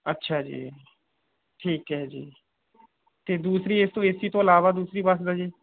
ਅੱਛਾ ਜੀ ਠੀਕ ਹੈ ਜੀ ਅਤੇ ਦੂਸਰੀ ਇਸ ਤੋਂ ਏ ਸੀ ਤੋਂ ਇਲਾਵਾ ਦੂਸਰੀ ਬੱਸ ਦਾ ਜੀ